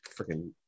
freaking